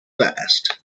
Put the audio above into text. fast